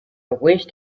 wished